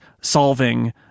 solving